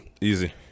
easy